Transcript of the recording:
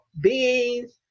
beings